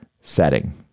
setting